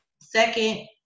second